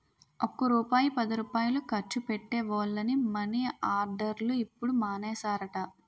ఒక్క రూపాయి పదిరూపాయలు ఖర్చు పెట్టే వోళ్లని మని ఆర్డర్లు ఇప్పుడు మానేసారట